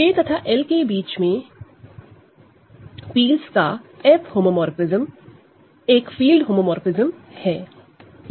K तथा Lके बीच में फील्ड्स का F होमोमोरफ़िज्म एक फील्ड होमोमोरफ़िज्म है